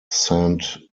saint